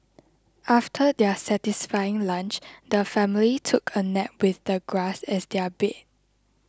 after their satisfying lunch the family took a nap with the grass as their bed